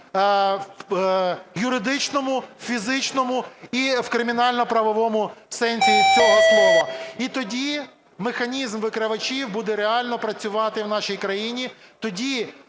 в юридичному, в фізичному і в кримінально-правовому сенсі цього слова. І тоді механізм викривачів буде реально працювати в нашій країні.